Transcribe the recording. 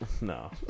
No